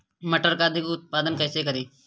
मटर का अधिक उत्पादन कैसे करें?